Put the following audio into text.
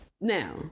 Now